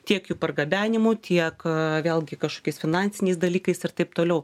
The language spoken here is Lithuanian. tiek jų pargabenimu tiek vėlgi kažkokiais finansiniais dalykais ir taip toliau